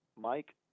Mike